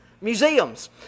museums